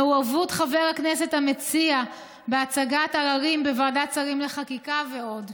מעורבות חבר הכנסת המציע בהצגת עררים בוועדת שרים לחקיקה ועוד.